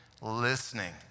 listening